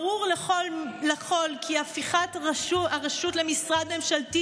ברור לכול כי הפיכת הרשות למשרד ממשלתי